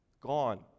gone